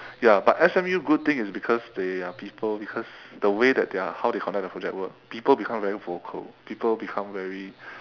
ya but S_M_U good thing is because they are people because the way that they are how they connect the project work people become very vocal people become very